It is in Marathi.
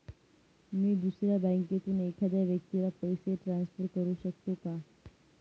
मी दुसऱ्या बँकेतून एखाद्या व्यक्ती ला पैसे ट्रान्सफर करु शकतो का?